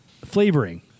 Flavoring